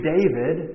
David